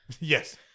yes